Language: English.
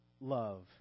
love